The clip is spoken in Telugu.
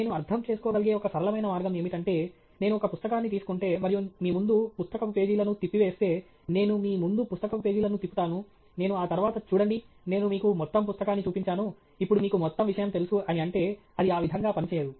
నేను అర్థం చేసుకోగలిగే ఒక సరళమైన మార్గం ఏమిటంటే నేను ఒక పుస్తకాన్ని తీసుకుంటే మరియు నేను మీ ముందు పుస్తకపు పేజీలను తిప్పివేస్తే నేను మీ ముందు పుస్తకపు పేజీలను తిప్పుతాను నేను ఆ తర్వాత చూడండి నేను మీకు మొత్తం పుస్తకాన్ని చూపించాను ఇప్పుడు మీకు మొత్తం విషయం తెలుసు అని అంటే అది ఆ విధంగా పనిచేయదు